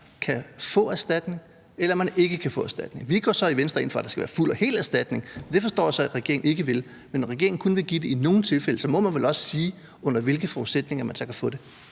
kan få erstatning. Vi går så i Venstre ind for, at der skal være fuld og hel erstatning, og det forstår jeg så at regeringen ikke vil, men når regeringen kun vil give det i nogle tilfælde, må man vel også sige, under hvilke forudsætninger de berørte så kan få det.